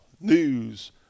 news